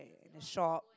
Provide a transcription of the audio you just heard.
shop